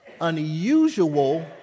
unusual